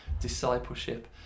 discipleship